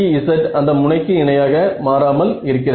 Ez அந்த முனைக்கு இணையாக மாறாமல் இருக்கிறது